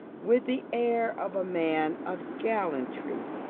with the air of a man of gallantry,